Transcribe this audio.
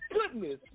goodness